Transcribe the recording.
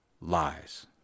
Lies